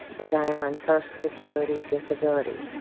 and i am on social security disability.